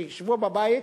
שישבו בבית,